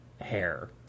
hair